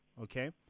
Okay